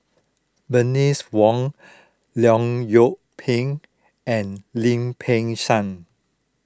Bernice Wong Leong Yoon Pin and Lim Peng Siang